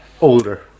older